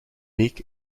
week